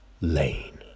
Lane